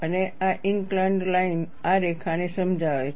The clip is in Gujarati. અને આ ઈનકલાન્ડ લાઇન આ રેખાને સમજાવે છે